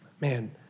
Man